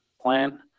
plan